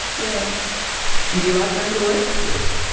yeah and do you like going to work? yes.